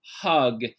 hug